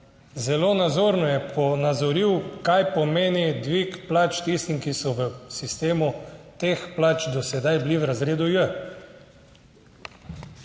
zelo nazorno je ponazoril, kaj pomeni dvig plač tistim, ki so v sistemu teh plač do sedaj bili v razredu J.